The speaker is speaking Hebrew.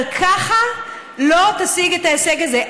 אבל ככה לא תשיג את ההישג הזה.